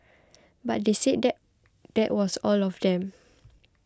but they said that that was all of them